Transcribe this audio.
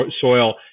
soil